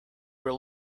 were